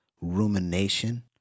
rumination